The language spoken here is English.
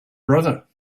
brother